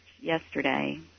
yesterday